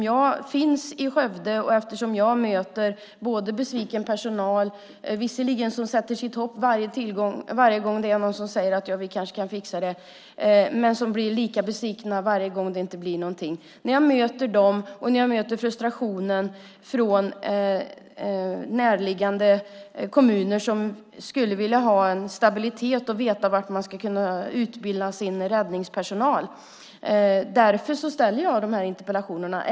Jag finns i Skövde och möter besviken personal. Den får visserligen ett hopp varje gång som någon säger: Vi kanske kan fixa det. Men den blir lika besviken varje gång det inte blir någonting. Jag möter dessa människor och frustrationen från närliggande kommuner. De skulle vilja ha en stabilitet och veta var de ska kunna utbilda sin räddningspersonal. Det är därför jag ställer de här interpellationerna.